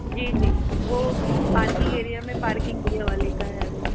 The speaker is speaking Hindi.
जी जी वो पार्किंग एरिया में पार्किंग एरिया वाले का है वो